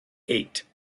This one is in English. eight